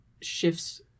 shifts